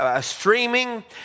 streaming